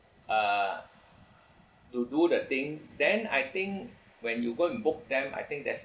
uh to do the thing then I think when you go and book them I think that's